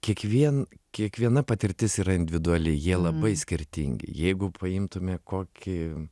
kiekvien kiekviena patirtis yra individuali jie labai skirtingi jeigu paimtume kokį